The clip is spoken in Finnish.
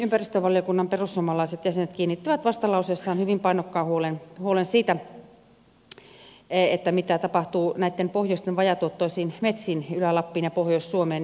ympäristövaliokunnan perussuomalaiset jäsenet esittivät vastalauseessaan hyvin painokkaan huolen siitä mitä tapahtuu pohjoisen vajaatuottoisille metsille ylä lapin ja pohjois suomen